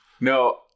No